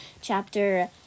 chapter